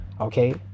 Okay